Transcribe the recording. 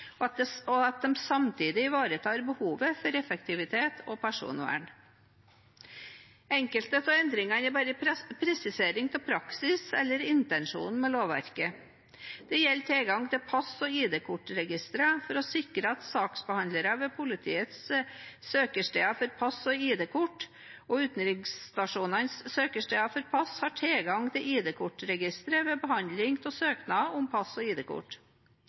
og at de samtidig ivaretar behovet for effektivitet og personvern. Enkelte av endringene er bare presisering av praksis eller intensjonen med lovverket. Det gjelder tilgang til pass- og ID-kortregistrene for å sikre at saksbehandlere ved politiets søkersteder for pass og ID-kort, og utenriksstasjonenes søkersteder for pass, har tilgang til ID-kortregistre ved behandling av søknad om pass og